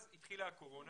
אז התחילה הקורונה.